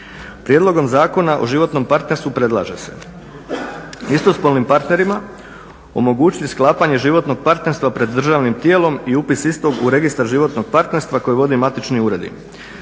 Prijedlogom zakona o životnom partnerstvu predlaže se istospolnim partnerima omogućiti sklapanje životnog partnerstva pred državnim tijelom i upis istog u Registar životnog partnerstva koje vode matični uredi.